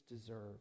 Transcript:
deserve